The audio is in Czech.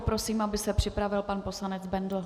Prosím, aby se připravil pan poslanec Bendl.